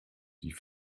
die